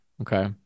Okay